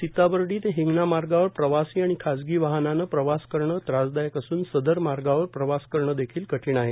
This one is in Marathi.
सिताबर्डी ते हिंगना मार्गावर प्रवासी आणि खाजगी वाहनानं प्रवास करनं त्रासदायक असून सदर मार्गावर प्रवास करनं कठीण देखील आहे